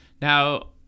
Now